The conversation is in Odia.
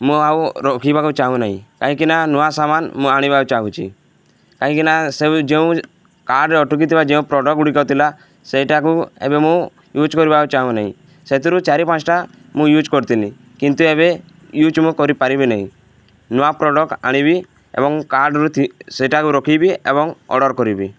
ମୁଁ ଆଉ ରଖିବାକୁ ଚାହୁଁ ନାହିଁ କାହିଁକିନା ନୂଆ ସମାନ ମୁଁ ଆଣିବାକୁ ଚାହୁଁଛି କାହିଁକିନା ସେ ଯେଉଁ କାର୍ଡ଼ରେ ଅଟୁକି ଥିବା ଯେଉଁ ପ୍ରଡ଼କ୍ଟ ଗୁଡ଼ିକ ଥିଲା ସେଇଟାକୁ ଏବେ ମୁଁ ୟୁଜ୍ କରିବାକୁ ଚାହୁଁ ନାହିଁ ସେଥିରୁ ଚାରି ପାଞ୍ଚଟା ମୁଁ ୟୁଜ୍ କରିଥିଲି କିନ୍ତୁ ଏବେ ୟୁଜ୍ ମୁଁ କରିପାରିବି ନାହିଁ ନୂଆ ପ୍ରଡ଼କ୍ଟ ଆଣିବି ଏବଂ କାର୍ଡ଼ରୁ ସେଇଟାକୁ ରଖିବି ଏବଂ ଅର୍ଡ଼ର କରିବି